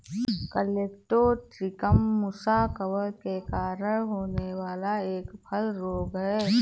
colletotrichum मुसा कवक के कारण होने वाला एक फल रोग है